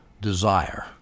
desire